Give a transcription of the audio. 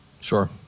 Sure